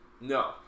No